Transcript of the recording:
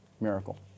Miracle